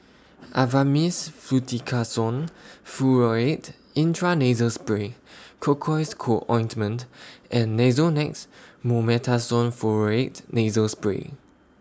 Avamys Fluticasone Furoate Intranasal Spray Cocois Co Ointment and Nasonex Mometasone Furoate Nasal Spray